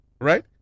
Right